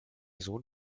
sohn